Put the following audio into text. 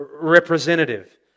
representative